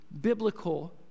biblical